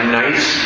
nice